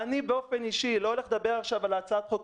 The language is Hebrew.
אני באופן אישי לא הולך לדבר על הצעת החוק,